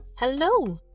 Hello